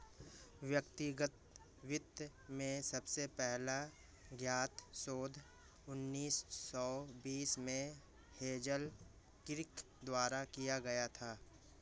व्यक्तिगत वित्त में सबसे पहला ज्ञात शोध उन्नीस सौ बीस में हेज़ल किर्क द्वारा किया गया था